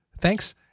Thanks